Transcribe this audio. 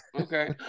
Okay